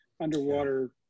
underwater